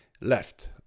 left